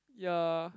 ya